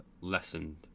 lessened